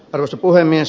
arvoisa puhemies